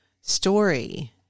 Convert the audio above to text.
story